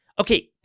Okay